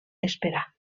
esperar